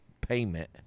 payment